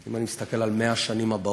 אם אני מסתכל על 100 השנים הבאות.